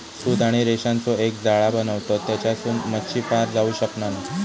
सूत आणि रेशांचो एक जाळा बनवतत तेच्यासून मच्छी पार जाऊ शकना नाय